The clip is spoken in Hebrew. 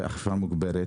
על אכיפה מוגברת.